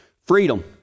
Freedom